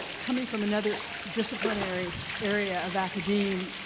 coming from another disciplinary area of academe,